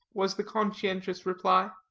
was the conscientious reply.